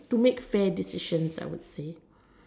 to make fair decisions I would say